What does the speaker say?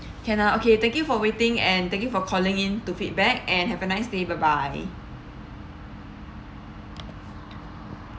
can uh okay thank you for waiting and thank you for calling in to feedback and have a nice day bye bye